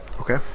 Okay